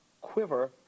quiver